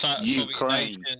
Ukraine